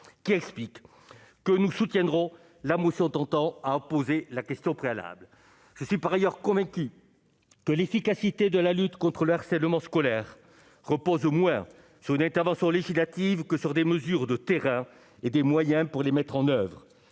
qui explique que nous soutiendrons la motion tentant à opposer la question préalable, je suis par ailleurs convaincue que l'efficacité de la lutte contre le harcèlement scolaire repose au moins sur une intervention législative que sur des mesures de terreur et des moyens pour les mettre en oeuvre,